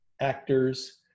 actors